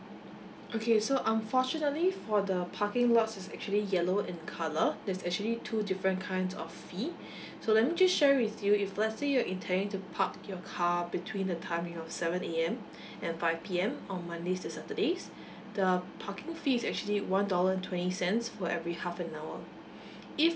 okay so unfortunately for the parking lots is actually yellow in colour there's actually two different kinds of fee so let me just share with you if let's say you're intending to park your car between the time you know seven A_M and five P_M on mondays to saturdays the parking fee is actually one dollar twenty cents for every half an hour if